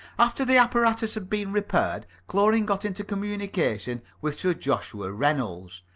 after the apparatus had been repaired, chlorine got into communication with sir joshua reynolds.